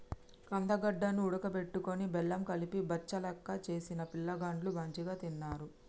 కందగడ్డ ను ఉడుకబెట్టుకొని బెల్లం కలిపి బచ్చలెక్క చేసిన పిలగాండ్లు మంచిగ తిన్నరు